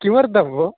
किमर्थं भोः